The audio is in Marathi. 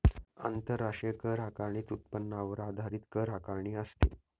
आंतरराष्ट्रीय कर आकारणीत उत्पन्नावर आधारित कर आकारणी असते